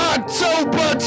October